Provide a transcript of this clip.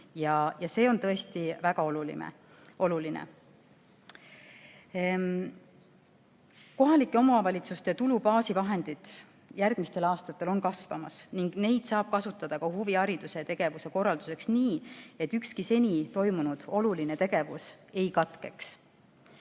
See on tõesti väga oluline. Kohalike omavalitsuste tulubaasi vahendid järgmistel aastatel on kasvamas ning seda raha saab kasutada ka huvihariduse ja -tegevuse korraldamiseks nii, et ükski senine oluline tegevus ei katkeks.